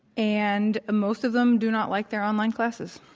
and most of them do not like their online classes.